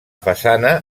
façana